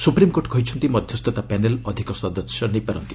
supreme court କହିଛନ୍ତି ମଧ୍ୟସ୍ଥତା panel ଅଧିକ ସଦସ୍ୟ ନେଇପାରନ୍ତି